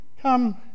come